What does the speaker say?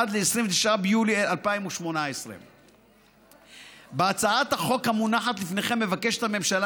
עד ל-29 ביולי 2018. בהצעת החוק המונחת לפניכם מבקשת הממשלה